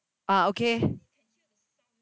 ah okay